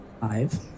five